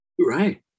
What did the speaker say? Right